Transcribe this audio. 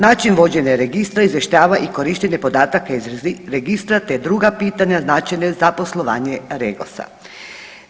Način vođenja Registra izvještava i korištenje podataka iz Registra te druga pitanja značajna za poslovanje REGOS-a.